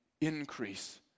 increase